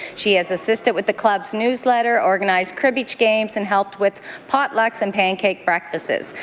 she has assisted with the club's newsletter, organized cribbage games, and helped with potlucks and pancake breakfasts.